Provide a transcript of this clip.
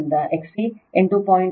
35 Ω ಅದು 1 ω0 C